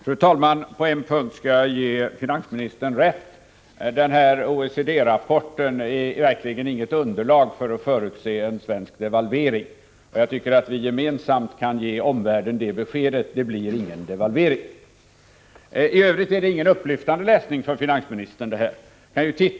Fru talman! På en punkt skall jag ge finansministern rätt, nämligen att den här OECD-rapporten verkligen inte är något underlag när det gäller att förutse en svensk devalvering. Jag tycker att vi gemensamt kan ge omvärlden beskedet att det inte blir någon devalvering. För övrigt är OECD-rapporten inte någon upplyftande läsning för finansministern.